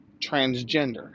transgender